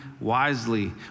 wisely